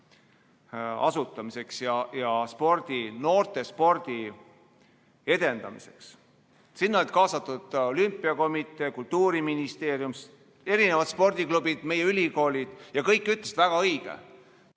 spordiakadeemia noortespordi edendamiseks. Sinna olid kaasatud olümpiakomitee, Kultuuriministeerium, erinevad spordiklubid, meie ülikoolid. Kõik ütlesid, et väga õige,